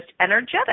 energetic